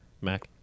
mac